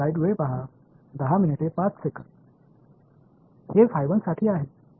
கொள்ளளவு 2 க்கு அதே செயல்முறையை நான் மீண்டும் செய்ய முடியும்